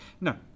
No